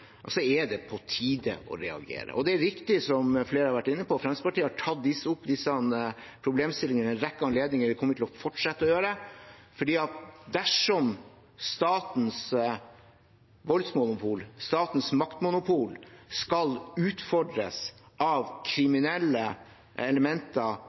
reagere. Det er riktig, som flere har vært inne på, at Fremskrittspartiet har tatt opp disse problemstillingene ved en rekke anledninger, og det kommer vi til å fortsette å gjøre. For dersom statens voldsmonopol, statens maktmonopol, skal utfordres av kriminelle elementer